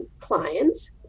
clients